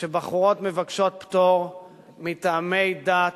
שבחורות מבקשות פטור מטעמי דת